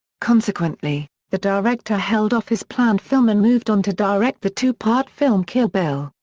consequently, the director held off his planned film and moved on to direct the two-part film kill bill.